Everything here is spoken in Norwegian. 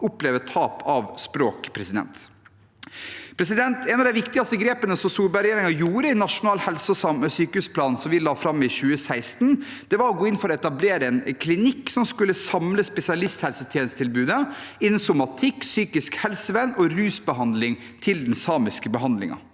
opplever tap av språk. Et av de viktigste grepene Solberg-regjeringen gjorde i den nasjonale helse- og sykehusplanen som vi la fram i 2016, var å gå inn for å etablere en klinikk som skulle samle spesialisthelsetjenestetilbudet innen somatikk, psykisk helsevern og rusbehandling til den samiske befolkningen.